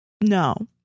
No